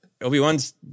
Obi-Wan's